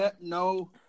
No